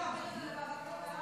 לוועדת הכלכלה